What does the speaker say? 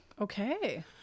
Okay